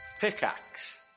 Pickaxe